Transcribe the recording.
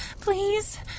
please